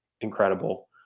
incredible